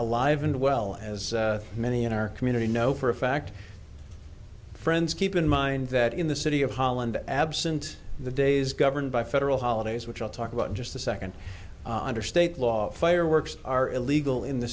alive and well as many in our community know for a fact friends keep in mind that in the city of holland absent the days governed by federal holidays which i'll talk about in just a second under state law fireworks are illegal in the